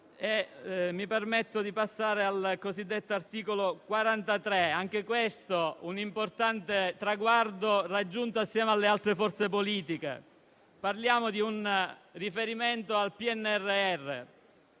mi permetto di passare all'articolo 43: altro importante traguardo raggiunto assieme alle altre forze politiche. Parliamo di un riferimento al Piano